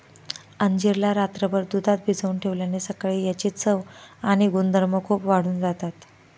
अंजीर ला रात्रभर दुधात भिजवून ठेवल्याने सकाळी याची चव आणि गुणधर्म खूप वाढून जातात